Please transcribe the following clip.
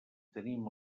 tenim